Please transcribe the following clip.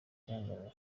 kwihanganira